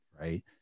right